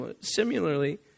Similarly